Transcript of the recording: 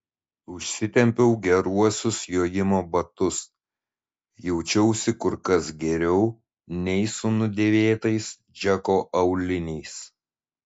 užsitempiau geruosius jojimo batus jaučiausi kur kas geriau nei su nudėvėtais džeko auliniais